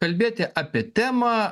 kalbėti apie temą